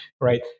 right